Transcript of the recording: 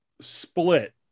split